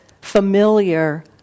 familiar